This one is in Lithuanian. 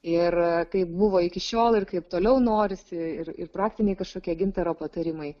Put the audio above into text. ir kaip buvo iki šiol ir kaip toliau norisi ir ir praktiniai kažkokie gintaro patarimai